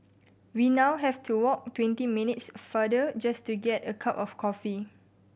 we now have to walk twenty minutes farther just to get a cup of coffee